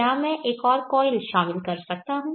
क्या मैं एक और कॉयल शामिल कर सकता हूं